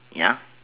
ya